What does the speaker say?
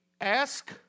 ask